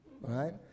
Right